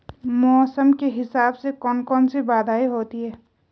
मौसम के हिसाब से कौन कौन सी बाधाएं होती हैं?